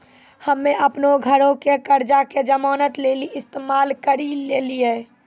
हम्मे अपनो घरो के कर्जा के जमानत लेली इस्तेमाल करि लेलियै